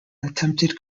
attempted